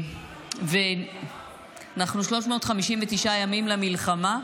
ואנחנו 359 ימים למלחמה,